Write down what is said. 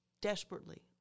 desperately